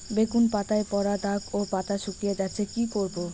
বেগুন পাতায় পড়া দাগ ও পাতা শুকিয়ে যাচ্ছে কি করব?